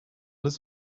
his